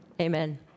Amen